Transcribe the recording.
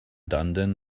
dunedin